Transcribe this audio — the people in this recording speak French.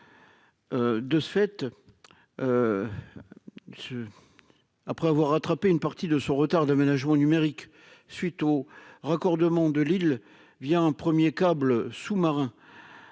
de ce fait, ce après avoir rattrapé une partie de son retard d'aménagement numérique suite au raccordement de Lille via un 1er câble sous-marin,